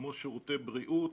כמו שירותי בריאות,